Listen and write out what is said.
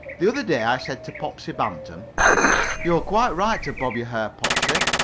the other day i said to popsie bantam you're quite right to bob your hair, popsie.